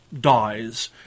dies